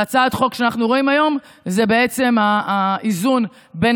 והצעת החוק שאנחנו רואים היום היא בעצם האיזון בין